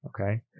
Okay